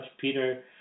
Peter